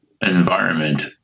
environment